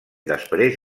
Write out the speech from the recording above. després